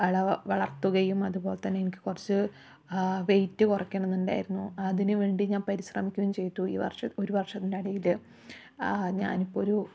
വള വളർത്തുകയും അതുപോലെ തന്നെ എനിക്ക് കുറച്ച് വെയ്റ്റ് കുറയ്ക്കണമെന്നുണ്ടായിരുന്നു അതിന് വേണ്ടി ഞാൻ പരിശ്രമിക്കുകയും ചെയ്തു ഈ വർഷം ഒരു വർഷത്തിനിടയില് ആ ഞാനിപ്പൊരു